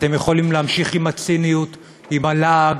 אתם יכולים להמשיך עם הציניות, עם הלעג,